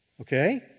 okay